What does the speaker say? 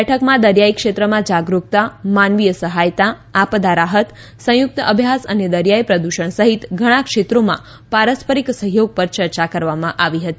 બેઠકમાં દરિયાઈ ક્ષેત્રમાં જાગરૂકતા માનવીય સહાયતા આપદા રાહત સંયુક્ત અભ્યાસ અને દરિયાઈ પ્રદૂષણ સહિત ઘણા ક્ષેત્રોમાં પારસ્પરિક સહયોગ પર ચર્ચા કરવામાં આવી હતી